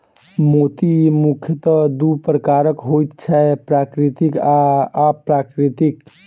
मोती मुखयतः दू प्रकारक होइत छै, प्राकृतिक आ अप्राकृतिक